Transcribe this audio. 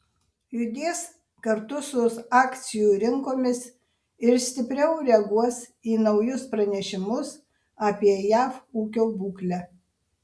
judės kartu su akcijų rinkomis ir stipriau reaguos į naujus pranešimus apie jav ūkio būklę